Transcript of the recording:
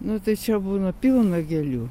nu tai čia būna pilna gėlių